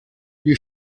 die